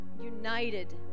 united